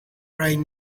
right